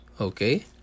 Okay